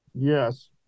yes